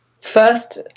First